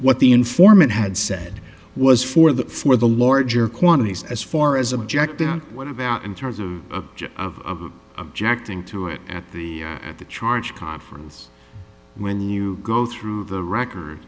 what the informant had said was for the for the larger quantities as far as objective what about in terms of objecting to it at the at the charge conference when you go through the record